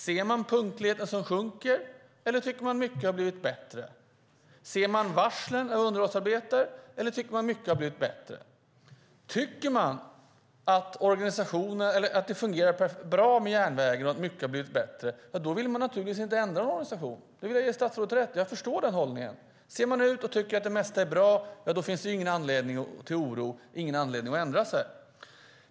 Ser man punktligheten som sjunker, eller tycker man att mycket har blivit bättre? Ser man varslen av underhållsarbetare, eller tycker man att mycket har blivit bättre? Tycker man att det fungerar bra med järnvägen och att mycket har blivit bättre vill man naturligtvis inte ändra någon organisation. Där vill jag ge statsrådet rätt. Jag förstår den hållningen. Ser man ut och tycker att det mesta är bra finns det ju ingen anledning till oro och ingen anledning att ändra sig.